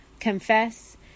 confess